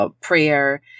prayer